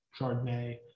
Chardonnay